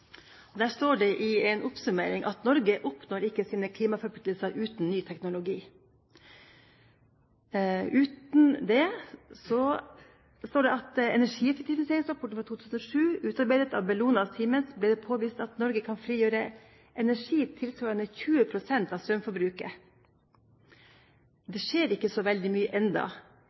Der står det i en oppsummering: «Norge oppnår ikke sine klimaforpliktelser uten ny teknologi. I Energieffektiviseringsrapporten fra 2007, utarbeidet av Bellona og Siemens, ble det påvist at Norge kan frigjøre energi tilsvarende 20 prosent av strømforbruket, men likevel skjer det